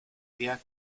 via